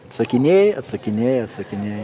atsakinėji atsakinėji atsakinėji